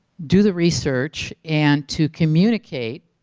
do the research and to communicate